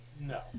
No